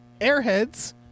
Airheads